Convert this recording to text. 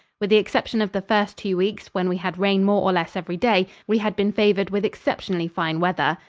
with the exception of the first two weeks, when we had rain more or less every day, we had been favored with exceptionally fine weather.